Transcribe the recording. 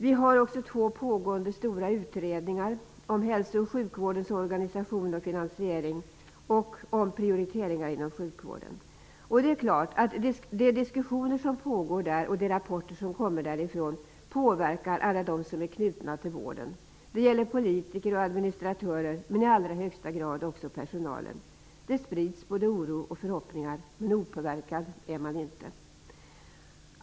Vi har också två pågående stora utredningar om hälsooch sjukvårdens organisation och finansiering och omprioriteringar inom sjukvården. Det är klart att de diskussioner som pågår där och de rapporter som kommer därifrån påverkar alla dem som är knutna till vården. Det gäller politiker och administratörer, men i allra högsta grad också pesonalen. Det sprids både oro och förhoppningar, men opåverkad är man inte.